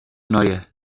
ndóigh